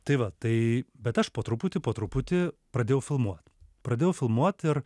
tai va taip bet aš po truputį po truputį pradėjau filmuot pradėjau filmuot ir